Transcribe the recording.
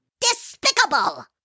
Despicable